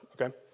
okay